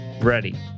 ready